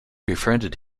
befriended